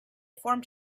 formed